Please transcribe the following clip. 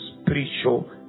spiritual